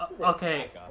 Okay